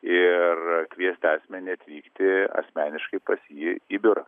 ir kviesti asmenį atvykti asmeniškai pas jį į biurą